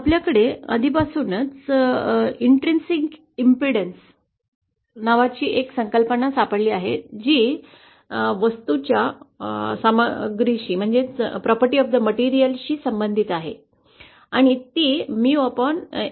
आपल्याकडे आधीपासून आंतरिक प्रतिबाधा नावाची एक संकल्पना सापडली आहे जी वस्तू च्या सामग्री शी संबंधित आहे आणि ती 𝝻𝜺 आहे